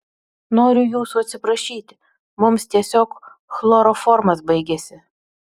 noriu jūsų atsiprašyti mums tiesiog chloroformas baigėsi